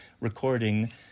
recording